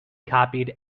copied